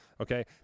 Okay